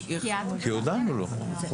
כי הודענו לו.